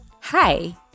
Hi